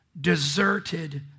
deserted